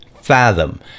Fathom